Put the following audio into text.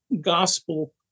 gospel